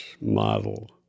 model